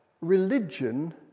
religion